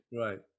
Right